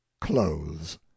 clothes